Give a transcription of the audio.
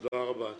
תודה רבה.